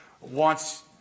wants